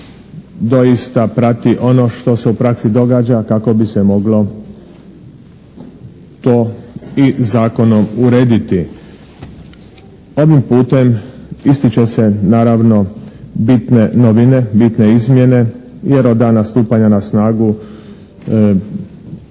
doista prati ono što se u praksi događa kako bi se moglo to i zakonom urediti. Ovim putem ističe se naravno bitne novine, bitne izmjene. Jer od dana stupanja na snagu